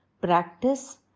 Practice